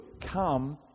come